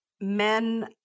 men